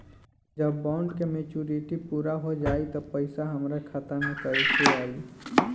जब बॉन्ड के मेचूरिटि पूरा हो जायी त पईसा हमरा खाता मे कैसे आई?